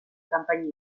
kanpaina